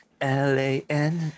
l-a-n